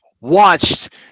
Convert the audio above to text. watched